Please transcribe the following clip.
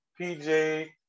PJ